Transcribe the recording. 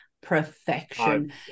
Perfection